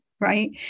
Right